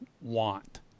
want